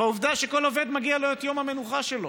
בעובדה שלכל עובד מגיע יום המנוחה שלו.